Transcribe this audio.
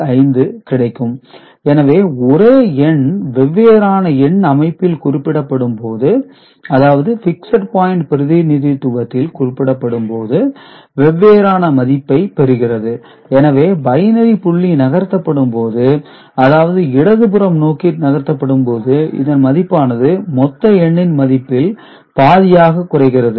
5 கிடைக்கும் எனவே ஒரே எண் வெவ்வேறான எண் அமைப்பில் குறிப்பிடப்படும் போது அதாவது பிக்ஸட் பாயின்ட் பிரதிநிதித்துவத்தில் குறிப்பிடப்படும் போது வெவ்வேறான மதிப்பைப் பெறுகிறது எனவே பைனரி புள்ளி நகர்த்தப்படும் போது அதாவது இடதுபுறம் நோக்கி நகர்த்தப்படும் போது இதன் மதிப்பானது மொத்த எண்ணின் மதிப்பில் பாதியாக குறைகிறது